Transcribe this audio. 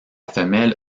femelle